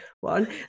one